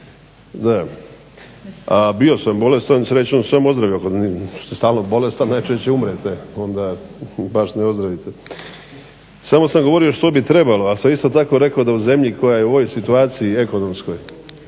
A bio sam bolestan i srećom sam ozdravio. … /Govornik se ne razumije./… Samo sam govorio što bi trebalo, ali sam isto tako rekao da u zemlji koja je u ovoj situaciji ekonomskoj